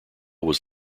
was